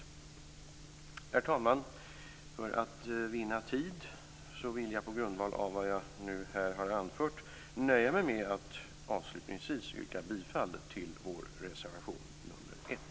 Herr talman! För att vinna tid vill jag på grundval av vad jag nu här har anfört nöja mig med att avslutningsvis yrka bifall till vår reservation nr 1.